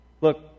Look